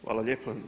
Hvala lijepo.